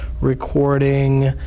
recording